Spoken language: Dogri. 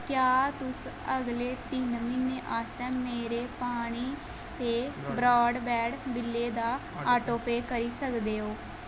क्या तुस अगले तिन म्हीनें आस्तै मेरे पानी ते ब्रॉडबैंड बिल्लें दा ऑटोपेऽकरी सकदे ओ